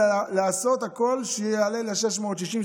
אלא לעשות הכול שיעלה ל-660,